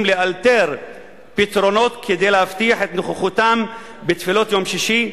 לאלתר פתרונות כדי להבטיח את נוכחותם בתפילות יום שישי,